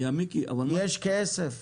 יש כסף,